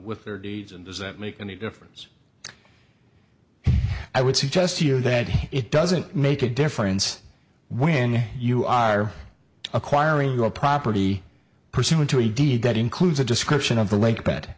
with their deeds and does that make any difference i would suggest to you that it doesn't make a difference when you are acquiring your property pursuant to a deed that includes a description of the lake b